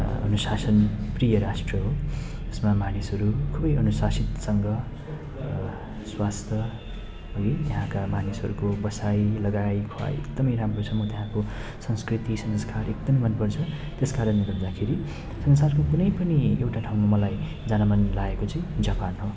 अनुशासनप्रिय राष्ट्र हो यसमा मानिसहरू खुबै अनुशासितसँग स्वास्थ है यहाँका मानिसहरूको बसाइ लगाइ खुवाइ एकदमै राम्रो छ मलाई त्यहाँको संस्कृति संस्कार एकदमै मनपर्छ त्यस कारणले गर्दाखेरि संसारको कुनै पनि एउटा ठाउँमा मलाई जान मन लागेको चाहिँ जापान हो